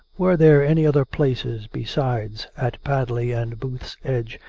were there any other places besides at padley and booth's edge,